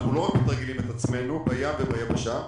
אנחנו לא רק מתרגלים את עצמנו בים וביבשה,